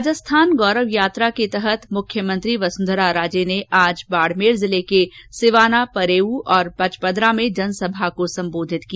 राजस्थान गौरव यात्रा के तहत मुख्यमंत्री वसुंधरा राजे ने आज बाडमेर जिले सिवाना परेउ और पचपदरा में जनसभा को संबोधित किया